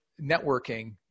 networking